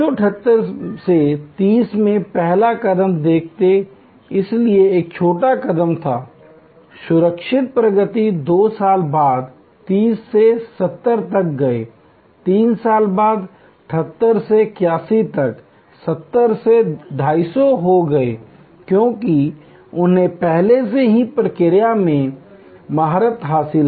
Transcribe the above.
1978 से 30 में पहला कदम देखें इसलिए एक छोटा कदम था सुरक्षित प्रगति 2 साल बाद 30 से वे 70 तक गए 3 साल बाद 78 से 81 तक 70 से 250 हो गए क्योंकि उन्हें पहले से ही प्रक्रिया में महारत हासिल है